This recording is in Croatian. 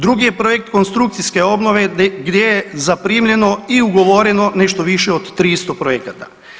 Drugi je projekt konstrukcijske obnove gdje je zaprimljeno i ugovoreno nešto više od 300 projekata.